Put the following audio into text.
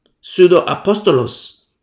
Pseudo-apostolos